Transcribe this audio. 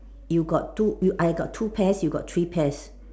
you got two I got two pairs you got three pairs